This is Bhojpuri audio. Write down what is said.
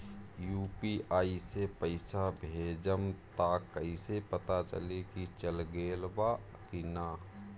यू.पी.आई से पइसा भेजम त कइसे पता चलि की चल गेल बा की न?